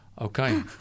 Okay